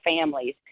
families